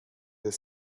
the